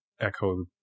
echo